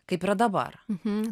kaip yra dabar